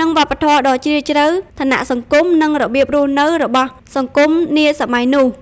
និងវប្បធម៌ដ៏ជ្រាលជ្រៅ ឋានៈសង្គម និងរបៀបរស់នៅរបស់សង្គមនាសម័យនោះ។